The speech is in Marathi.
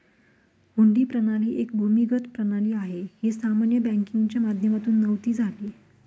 हुंडी प्रणाली एक भूमिगत प्रणाली आहे, ही सामान्य बँकिंगच्या माध्यमातून नव्हती झाली